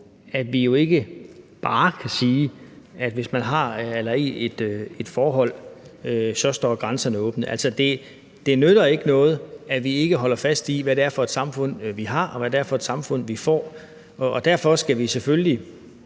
at vi jo ikke bare kan sige, at grænserne, hvis man er i et forhold, så står åbne. Det nytter ikke noget, at vi ikke holder fast i, hvad det er for et samfund, vi har, og hvad det er for et samfund, vi får, og derfor skal vi selvfølgelig